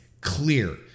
clear